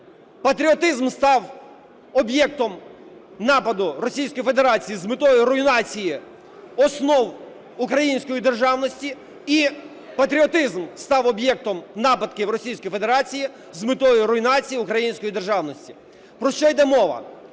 Патріотизм став об'єктом нападу Російської Федерації з метою руйнації основ української державності і патріотизм став об'єктом нападу Російської Федерації з метою руйнації української державності. Про що йде мова?